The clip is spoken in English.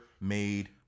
made